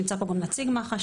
נמצא פה גם נציג מח"ש.